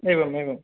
एवम् एवं